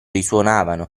risuonavano